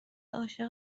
عاشق